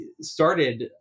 started